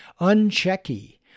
Unchecky